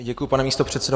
Děkuji, pane místopředsedo.